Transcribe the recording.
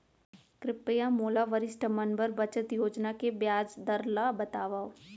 कृपया मोला वरिष्ठ मन बर बचत योजना के ब्याज दर ला बतावव